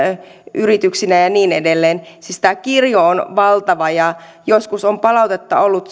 yrityksinä ja ja niin edelleen siis tämä kirjo on valtava ja joskus on palautetta ollut